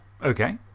Okay